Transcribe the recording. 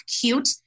cute